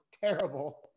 terrible